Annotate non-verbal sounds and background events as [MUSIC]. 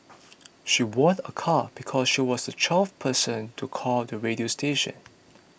[NOISE] she won a car because she was the twelfth person to call the radio station